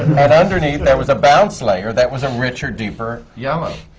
and underneath, there was a bounce layer that was a richer, deeper yellow.